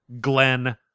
Glenn